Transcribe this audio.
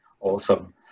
awesome